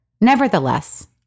nevertheless